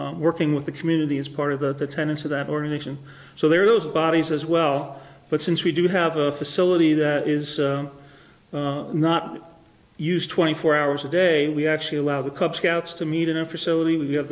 character working with the community is part of the tenets of that organization so there are those bodies as well but since we do have a facility that is not used twenty four hours a day we actually allow the cub scouts to meet in a facility